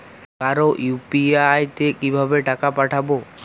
কারো ইউ.পি.আই তে কিভাবে টাকা পাঠাবো?